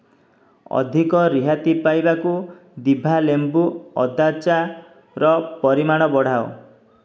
ଅଧିକ ରିହାତି ପାଇବାକୁ ଦିଭା ଲେମ୍ବୁ ଅଦା ଚାହାର ପରିମାଣ ବଢ଼ାଅ